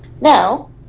Now